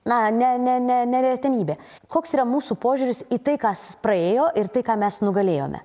na ne ne ne ne retenybė koks yra mūsų požiūris į tai kas praėjo ir tai ką mes nugalėjome